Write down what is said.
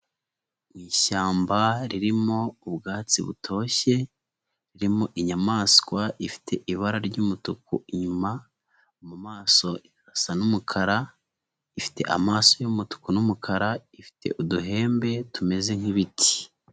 Ishyamba ririmo ubwatsi butoshye, ririmo inyamaswa ifite ibara ry'umutuku inyuma, mu maso irasa n'umukara, ifite amaso y'umutuku n'umukara, ifite uduhembe tumeze nk'ibiti.